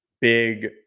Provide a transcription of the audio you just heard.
big